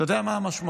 אתה יודע מה המשמעות.